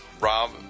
Rob